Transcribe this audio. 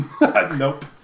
Nope